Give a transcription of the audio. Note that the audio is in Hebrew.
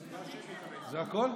זה הכול?